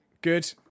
Good